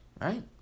right